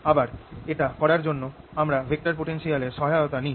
আবার এটা করার জন্য আমরা ভেক্টর পোটেনশিয়াল এর সহায়তা নিই